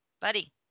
Buddy